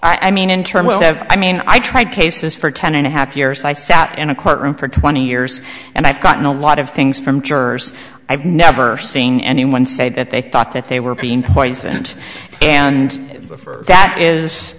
i mean in terms of i mean i tried cases for ten and a half years i sat in a courtroom for twenty years and i've gotten a lot of things from jurors i've never seen anyone say that they thought that they were being poisoned and that is